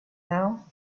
now